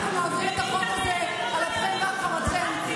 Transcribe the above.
אנחנו נעביר את החוק הזה על אפכם ועל חמתכם,